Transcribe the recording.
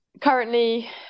currently